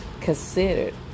considered